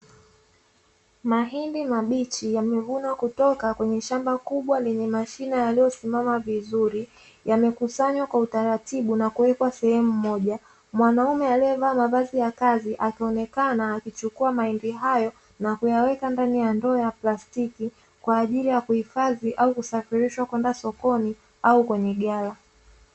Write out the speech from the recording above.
Mahindi mabichi yamevunwa kutoka kwenye shamba kubwa lenye mashina yaliyosimama vizuri, yamekusanywa kwa utaratibu na kuwekwa sehemu moja. Mwanaume aliyevaa mavazi ya kazi, akionekana akichukua mahindi hayo na kuyaweka ndani ya ndoo ya plastiki, kwa ajili ya kuhifadhi au kusafirishwa kwenda sokoni au kwenye ghala.